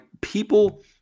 people